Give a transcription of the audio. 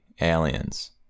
aliens